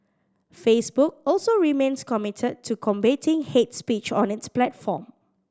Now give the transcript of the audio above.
Facebook also remains committed to combating hate speech on its platform